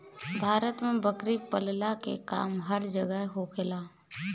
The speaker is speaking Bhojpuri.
भारत में बकरी पलला के काम हर जगही होखेला